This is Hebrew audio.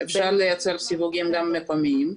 אפשר לייצר גם סיווגים מקומיים,